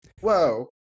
whoa